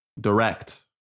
direct